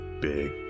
big